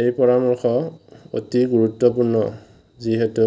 এই পৰামৰ্শ অতি গুৰুত্বপূৰ্ণ যিহেতু